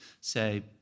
Say